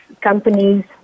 companies